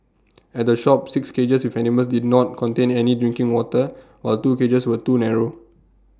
at the shop six cages with animals did not contain any drinking water while two cages were too narrow